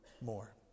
more